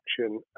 action